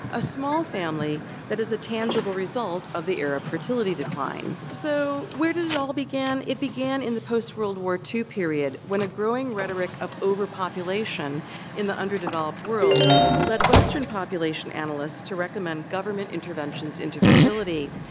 a small family that is a tangible result of the arab fertility decline. so, where did it all begin? it began in the post world war two period when a growing rhetoric of overpopulation in the under-developed world led western population analysts to recommend government interventions into fertility.